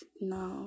no